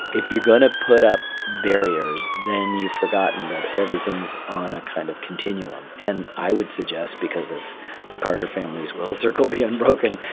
if you're going to put up barriers, then you've forgotten that everything's on a kind of continuum. and i would suggest, because of the carter family's, will the circle be unbroken,